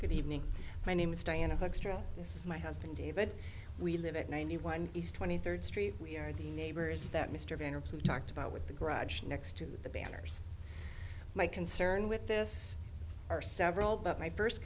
good evening my name is diane hoekstra this is my husband david we live at ninety one east twenty third street we are the neighbors that mr boehner who talked about with the garage next to the banners my concern with this are several but my first